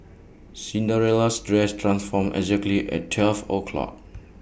Cinderella's dress transformed exactly at twelve o'clock